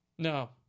No